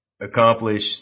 accomplish